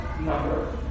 number